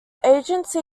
agency